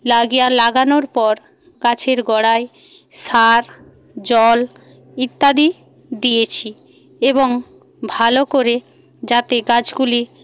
লাগিয়া লাগানোর পর গাছের গোড়ায় সার জল ইত্যাদি দিয়েছি এবং ভালো করে যাতে গাছগুলি